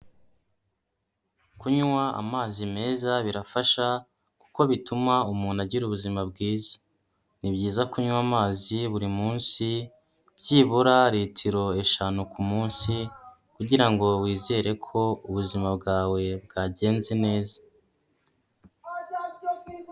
Kunywa amazi meza birafasha kuko bituma umuntu agira ubuzima bwiza, ni byiza kunywa amazi buri munsi byibura litiro eshanu ku munsi kugira ngo wizere ko ubuzima bwawe bwagenze neza.